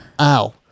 ow